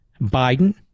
Biden